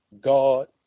God